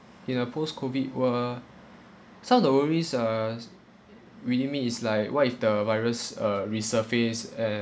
in a post COVID world some of the worries are w~ you mean is like what if the virus uh resurface and